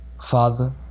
Father